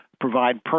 provide